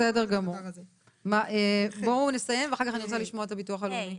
נסיים ואחר כך אני רוצה לשמוע את הביטוח הלאומי.